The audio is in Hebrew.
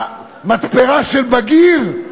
במתפרה של "בגיר"